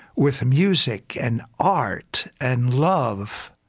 with music, and art, and love,